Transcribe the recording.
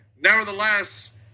nevertheless